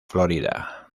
florida